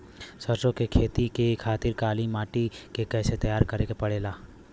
सरसो के खेती के खातिर काली माटी के कैसे तैयार करे के पड़ी?